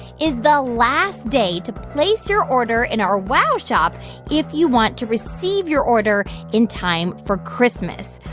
is the last day to place your order in our wow shop if you want to receive your order in time for christmas.